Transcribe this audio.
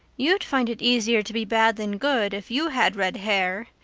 you'd find it easier to be bad than good if you had red hair,